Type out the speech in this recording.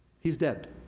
he's dead,